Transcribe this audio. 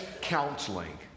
Counseling